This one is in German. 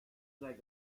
sei